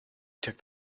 took